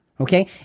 Okay